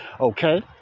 Okay